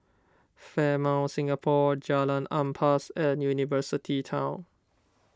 Fairmont Singapore Jalan Ampas and University Town